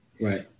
Right